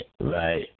right